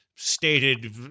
stated